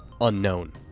unknown